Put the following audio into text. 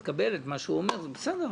שאתה תקבל את מה שהוא אומר זה בסדר,